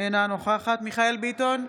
אינה נוכחת מיכאל מרדכי ביטון,